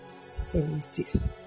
senses